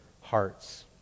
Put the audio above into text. hearts